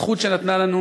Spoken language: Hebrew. הזכות שנתנה לנו